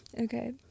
Okay